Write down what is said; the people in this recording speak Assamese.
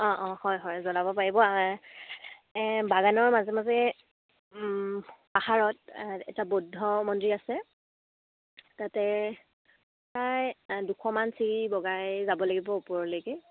অঁ অঁ হয় হয় জ্বলাব পাৰিব বাগানৰ মাজে মাজে পাহাৰত এটা বৌদ্ধ মন্দিৰ আছে তাতে প্ৰায় দুশমান চিৰি বগাই যাব লাগিব ওপৰলৈকে